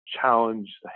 challenge